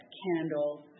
candles